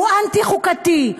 הוא אנטי-חוקתי,